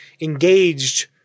engaged